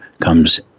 comes